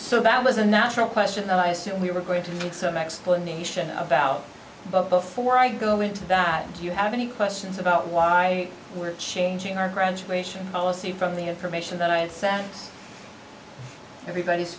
so that was a natural question and i assumed we were going to need some explanation about but before i go into that do you have any questions about why we're changing our graduation policy from the information that i sat everybody's